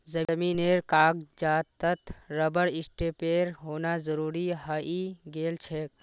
जमीनेर कागजातत रबर स्टैंपेर होना जरूरी हइ गेल छेक